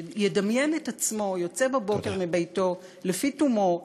שידמיין את עצמו יוצא בבוקר מביתו לפי תומו,